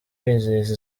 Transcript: bizihiza